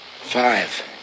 five